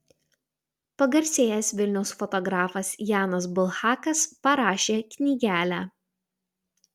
pagarsėjęs vilniaus fotografas janas bulhakas parašė knygelę